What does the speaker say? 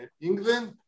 England